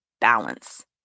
balance